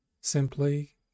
Simply